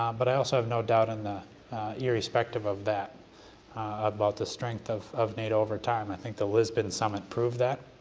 um but i also have no doubt in the irrespective of that about the strength of of nato over time. i think the lisbon summit proved that.